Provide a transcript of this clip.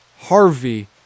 Harvey